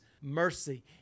mercy